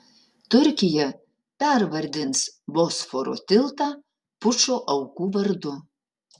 turkija pervardins bosforo tiltą pučo aukų vardu